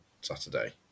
Saturday